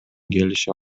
келишип